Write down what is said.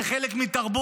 הם חלק מתרבות.